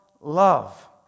love